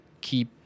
keep